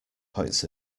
points